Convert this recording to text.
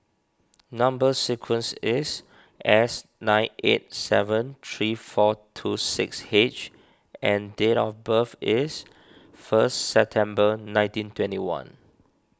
Number Sequence is S nine eight seven three four two six H and date of birth is first September nineteen twenty one